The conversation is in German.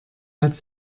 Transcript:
hat